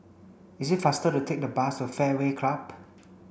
it is faster to take the bus to Fairway Club